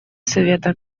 совета